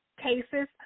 cases